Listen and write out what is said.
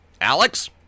Alex